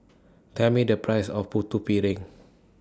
Tell Me The Price of Putu Piring